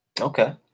Okay